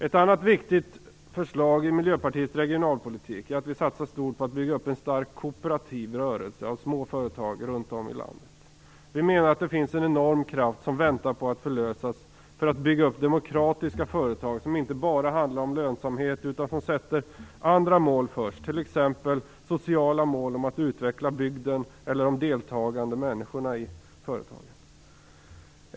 Ett annat viktigt förslag i Miljöpartiets regionalpolitik är att vi satsar stort på att bygga upp en stark kooperativ rörelse av småföretag runt om i landet. Vi menar att det finns en enorm kraft som väntar på att bli förlöst för att användas till att bygga upp demokratiska företag som inte bara handlar om lönsamhet utan som också handlar om att sätta andra mål först, t.ex. sociala mål om bygdens utveckling eller om deltagande människor i företagen.